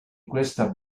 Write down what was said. questa